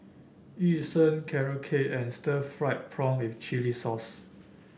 Yu Sheng Carrot Cake and Stir Fried Prawn with Chili Sauce